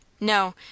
No